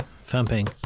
Thumping